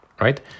right